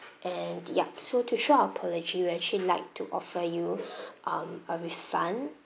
and yup so to show our apology we actually like to offer you um a refund